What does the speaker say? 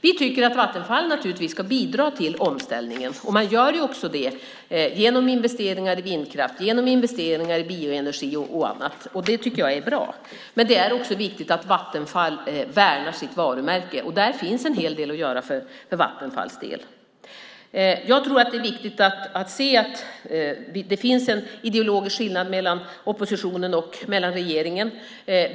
Vi tycker att Vattenfall naturligtvis ska bidra till omställningen, och man gör också det genom investeringar i vindkraft, bioenergi och annat. Det tycker jag är bra, men det är också viktigt att Vattenfall värnar sitt varumärke, och där finns en hel del att göra för Vattenfalls del. Jag tror att det är viktigt att se att det finns en ideologisk skillnad mellan oppositionen och regeringen.